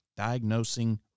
diagnosing